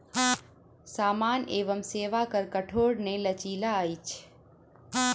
सामान एवं सेवा कर कठोर नै लचीला अछि